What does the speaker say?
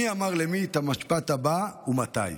מי אמר למי את המשפט הבא, ומתי?